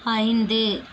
ஐந்து